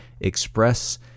express